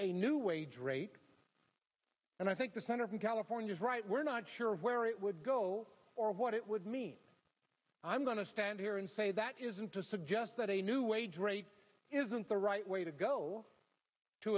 a new wage rate and i think the center of in california is right we're not sure where it would go or what it would mean i'm going to stand here and say that isn't to suggest that a new wage rate isn't the right way to go to